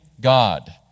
God